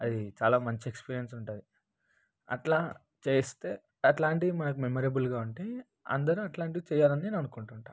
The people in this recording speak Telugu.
అది చాలా మంచి ఎక్స్పీరియన్స్ ఉంటుంది అట్లా చేస్తే అట్లాంటి మనకు మెమొరబుల్గా ఉంటే అందరూ అట్లాంటివి చెయ్యాలని నేను అనుకుంటుంటా